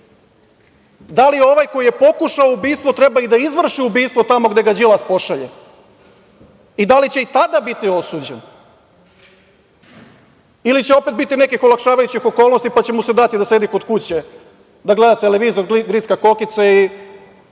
Da li je ovaj koji je pokušao ubistvo treba i da izvrši ubistvo tamo gde ga Đilas pošalje i da li će i tada biti osuđen ili će opet biti nekih olakšavajućih okolnosti, pa će mu se dati da sedi kod kuće, da gleda televizor i gricka kokice i